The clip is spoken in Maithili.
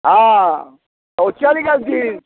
हँ ओ चलि गेलथिन